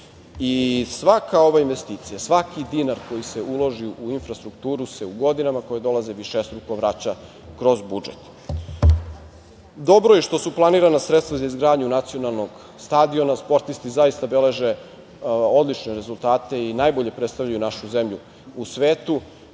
I svaka ova investicija, svaki dinar koji se uloži u infrastrukturu, se u godinama koje dolaze višestruko vraća kroz budžet. Dobro je što su planirana sredstva za izgradnju Nacionalnog stadiona. Sportisti zaista beleže odlične rezultate i najbolje predstavljaju našu zemlju u svetu